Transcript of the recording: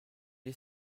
les